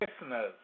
Listeners